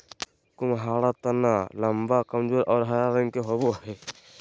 कुम्हाडा तना लम्बा, कमजोर और हरा रंग के होवो हइ